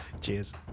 Cheers